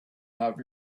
have